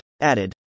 Added